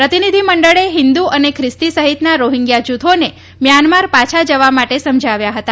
પ્રતિનિધિમંડળે હિંદુ અને ખ્રિસ્તી સહિતના રોહિંગ્યા જૂથોને મ્યાનમાર પાછા જવા માટે સમજાવ્યા હતા